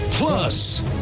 Plus